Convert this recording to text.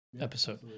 episode